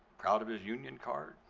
proud of his union card